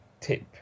tip